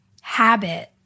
habit